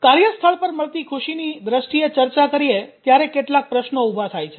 કાર્યસ્થળ પર મળતી ખુશીની દ્રષ્ટિએ ચર્ચા કરીએ ત્યારે કેટલાક પ્રશ્નો ઉભા થાય છે